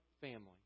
family